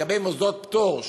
לגבי מוסדות פטור,